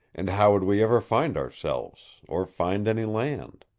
and how would we ever find ourselves? or find any land?